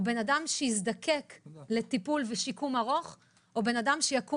או בין אדם שיזדקק לטיפול ושיקום ארוך מול אדם שיקום